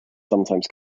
sometimes